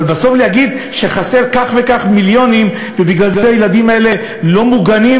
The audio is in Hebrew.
אבל בסוף להגיד שחסרים כך וכך מיליונים ובגלל זה הילדים האלה לא מוגנים,